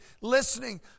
listening